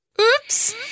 Oops